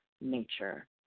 nature